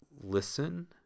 listen